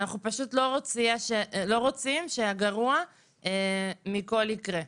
אנחנו פשוט לא רוצים שהגרוע מכול יקרה.